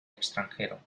extranjero